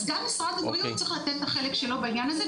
אז גם משרד הבריאות צריך לתת את החלק שלו בעניין הזה.